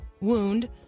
wound